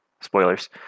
spoilers